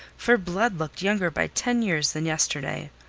for blood looked younger by ten years than yesterday.